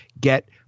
get